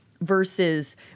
versus